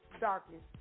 darkness